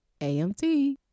AMT